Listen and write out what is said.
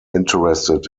interested